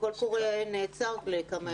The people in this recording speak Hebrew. הקול קורא נעצר לכמה ימים.